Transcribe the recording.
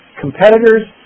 Competitors